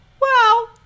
Wow